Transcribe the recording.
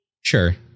Sure